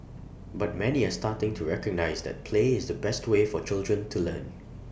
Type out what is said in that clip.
but many are starting to recognise that play is the best way for children to learn